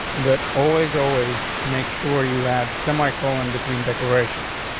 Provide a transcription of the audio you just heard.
but always, always make sure you add semi colon between declaration.